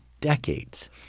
Decades